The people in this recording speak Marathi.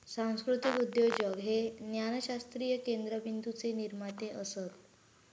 सांस्कृतीक उद्योजक हे ज्ञानशास्त्रीय केंद्रबिंदूचे निर्माते असत